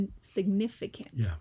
significant